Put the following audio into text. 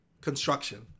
construction